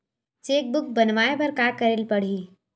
Cheque book बनवाय बर का करे ल पड़हि?